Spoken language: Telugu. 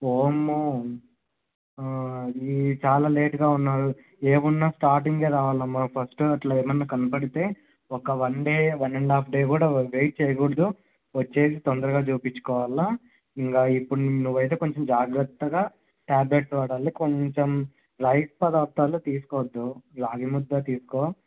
వామ్మో ఈ చాలా లేట్గా ఉన్నారు ఏమున్నా స్టార్టింగే రావాలమ్మా ఫస్ట్ అట్లా ఏమన్నా కనపడితే ఒక one day one and half day కూడా వ వెయిట్ చెయ్యకూడదు వచ్చేసి తొందరగా చూపిచ్చుకోవాలి ఇంకా ఇప్పుడు నువ్వు అయితే జాగ్రతగా ట్యాబ్లెట్స్ వాడాలి కొంచెం లైట్ పదార్ధాలు తీస్కోవద్దు రాగి ముద్ద తీస్కో